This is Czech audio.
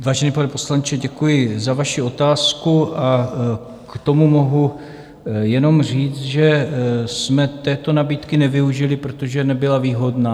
Vážený pane poslanče, děkuji za vaši otázku, a k tomu mohu jenom říct, že jsme této nabídky nevyužili, protože nebyla výhodná.